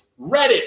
Reddit